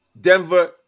Denver